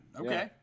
okay